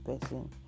person